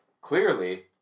clearly